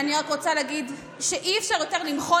אני רק רוצה להגיד שאי-אפשר יותר למחול